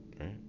Right